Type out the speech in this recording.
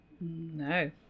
no